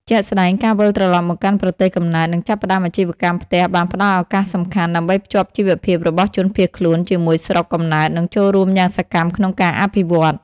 ជាក់ស្តែង ការវិលត្រឡប់មកកាន់ប្រទេសកំណើត និងចាប់ផ្តើមអាជីវកម្មផ្ទះបានផ្ដល់ឱកាសសំខាន់ ដើម្បីភ្ជាប់ជីវភាពរបស់ជនភៀសខ្លួនជាមួយស្រុក កំណើត និងចូលរួមយ៉ាងសកម្មក្នុងការអភិវឌ្ឍ។